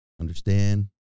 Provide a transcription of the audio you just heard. understand